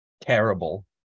terrible